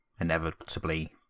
inevitably